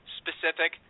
specific